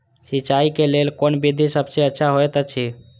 सिंचाई क लेल कोन विधि सबसँ अच्छा होयत अछि?